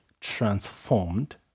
transformed